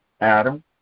Adam